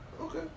Okay